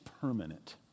permanent